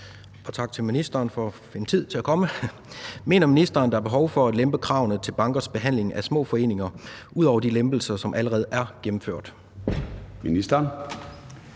Til erhvervsministeren af: Jens Meilvang (LA): Mener ministeren, at der er behov for at lempe kravene til bankernes behandling af små foreninger ud over de lempelser, som allerede er gennemført? Formanden